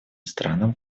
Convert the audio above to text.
странам